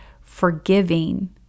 forgiving